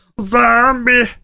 Zombie